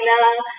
China